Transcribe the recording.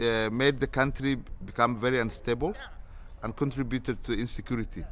made the country become very unstable and contributed to insecurity